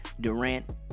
Durant